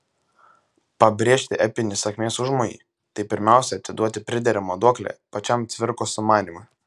pabrėžti epinį sakmės užmojį tai pirmiausia atiduoti prideramą duoklę pačiam cvirkos sumanymui